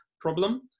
problem